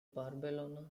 barcelona